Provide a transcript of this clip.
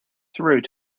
through